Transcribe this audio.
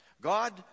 God